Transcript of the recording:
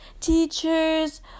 teachers